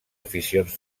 aficions